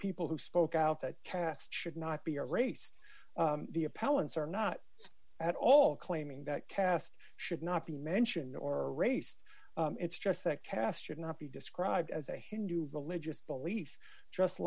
people who spoke out that caste should not be a race the appellants are not at all claiming that caste should not be mentioned or race it's just that caste should not be described as a hindu religious belief just